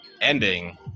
ending